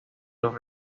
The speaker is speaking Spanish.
los